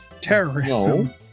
Terrorism